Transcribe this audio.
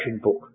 book